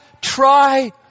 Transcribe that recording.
try